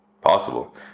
possible